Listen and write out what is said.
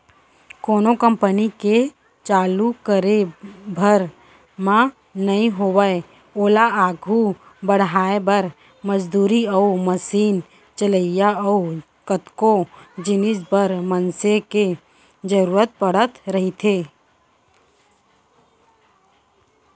कोनो कंपनी के चालू करे भर म नइ होवय ओला आघू बड़हाय बर, मजदूरी अउ मसीन चलइया अउ कतको जिनिस बर मनसे के जरुरत पड़त रहिथे